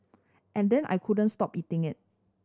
and then I couldn't stop eating it